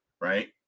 right